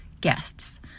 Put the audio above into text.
guests